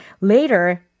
later